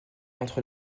entre